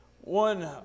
One